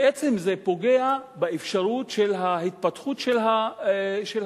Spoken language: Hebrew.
בעצם זה פוגע באפשרות של התפתחות התוצר